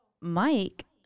Mike